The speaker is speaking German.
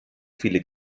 viele